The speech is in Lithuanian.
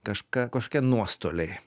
kažką kažkokie nuostoliai